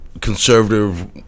conservative